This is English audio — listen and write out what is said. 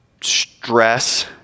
stress